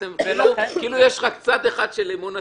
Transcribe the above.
זה לא ישבור את אמון הציבור?